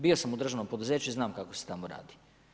Bio sam u državnom poduzeću i znam kako se tamo radi.